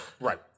Right